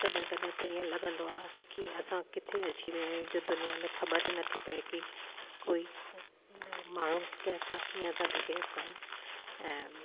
कॾहिं कॾहिं त इहे लॻंदो आहे की असां किते अची विया आहियूं जो दुनिया में ख़बर ई नथी पए कि कोई माण्हू कंहिंसां कीअं था बिहेव कनि ऐं